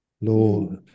Lord